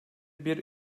bir